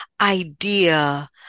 idea